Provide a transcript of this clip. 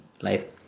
life